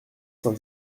cent